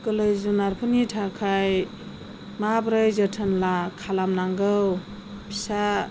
गोरलै जुनारफोरनि थाखाय माबोरै जोथोन खालामनांगौ फिसा